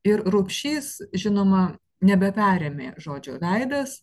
ir rubšys žinoma nebeperėmė žodžio veidas